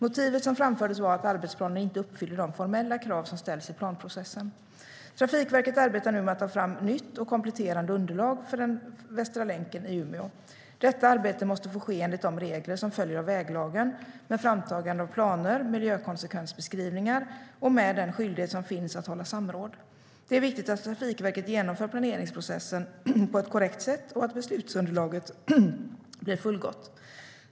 Motivet som framfördes var att arbetsplanen inte uppfyllde de formella krav som ställs i planprocessen. Trafikverket arbetar nu med att ta fram nytt och kompletterande underlag för den Västra länken i Umeå. Detta arbete måste få ske enligt de regler som följer av väglagen med framtagande av planer, miljökonsekvensbeskrivningar och med den skyldighet som finns att hålla samråd. Det är viktigt att Trafikverket genomför planeringsprocessen på ett korrekt sätt och att beslutsunderlaget blir fullgott.